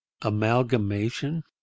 Amalgamation